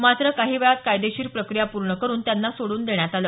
मात्र काही वेळात कायदेशीर प्रक्रिया पूर्ण करुन त्यांना सोडून देण्यात आलं